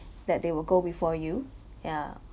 that they will go before you yeah